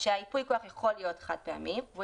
שייפוי הכוח יכול להיות חד פעמי והוא